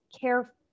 care